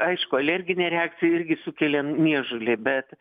aišku alerginė reakcija irgi sukelia niežulį bet